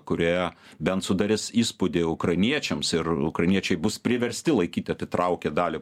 kurie bent sudarys įspūdį ukrainiečiams ir ukrainiečiai bus priversti laikyti atitraukę dalį